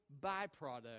byproduct